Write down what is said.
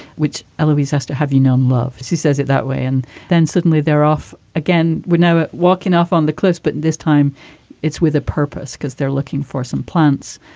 which allows us to have, you know, love. she says it that way and then suddenly they're off again. we now walking off on the cliffs. but this time it's with a purpose because they're looking for some plants,